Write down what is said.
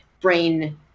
brain